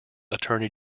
attorney